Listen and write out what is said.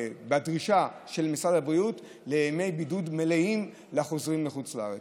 בדרישה של משרד הבריאות לימי בידוד מלאים לחוזרים מחוץ לארץ.